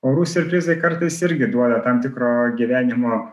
orų siurprizai kartais irgi duoda tam tikro gyvenimo